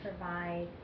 provide